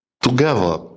together